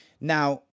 Now